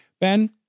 Ben